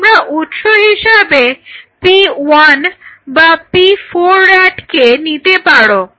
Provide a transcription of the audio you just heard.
তোমরা উৎস হিসাবে P1 বা P4 rat কে নিতে পারো